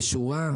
בשורה: